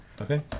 Okay